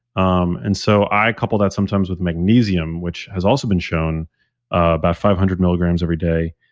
um and so i couple that sometimes with magnesium which has also been shown about five hundred milligrams every day,